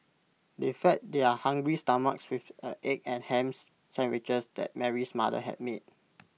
they fed their hungry stomachs with the egg and hams sandwiches that Mary's mother had made